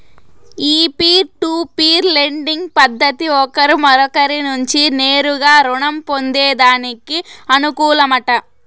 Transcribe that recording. ఈ peer to peer lending పద్దతి ఒకరు మరొకరి నుంచి నేరుగా రుణం పొందేదానికి అనుకూలమట